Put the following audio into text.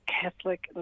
Catholic